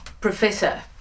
professor